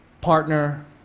partner